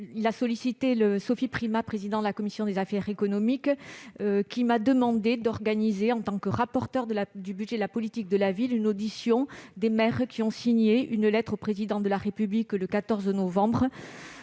a sollicité Sophie Primas, présidente de la commission des affaires économiques, qui elle-même m'a demandé d'organiser, en tant que rapporteure pour avis du budget de la politique de la ville, une audition des maires ayant signé une lettre au Président de la République, le 14 novembre